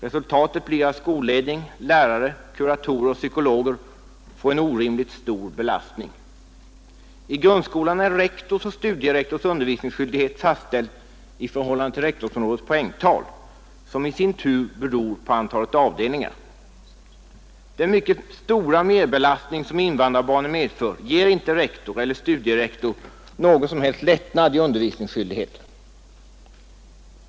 Resultatet blir att skolledning, lärare, kuratorer och psykologer får en orimligt stor belastning. I grundskolan är rektors och studierektors undervisningsskyldighet fastställd i förhållande till rektorsområdets poängtal, som i sin tur beror på antalet avdelningar. Den mycket stora merbelastning som invandrarbarnen medför ger inte rektor eller studierektor någon som helst lättnad i undervisningsskyldigheten.